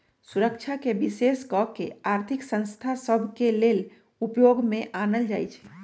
सुरक्षाके विशेष कऽ के आर्थिक संस्था सभ के लेले उपयोग में आनल जाइ छइ